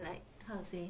like how to say